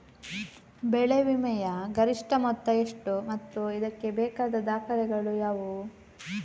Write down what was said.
ಬೆಳೆ ವಿಮೆಯ ಗರಿಷ್ಠ ಮೊತ್ತ ಎಷ್ಟು ಮತ್ತು ಇದಕ್ಕೆ ಬೇಕಾದ ದಾಖಲೆಗಳು ಯಾವುವು?